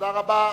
תודה רבה.